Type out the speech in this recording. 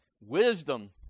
wisdom